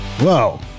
Whoa